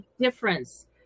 difference